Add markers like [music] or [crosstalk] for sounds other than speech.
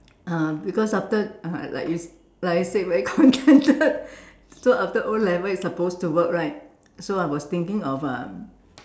uh because after uh like you like I said very contented [laughs] so after O-level I supposed to work right so I was thinking of um